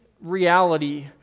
reality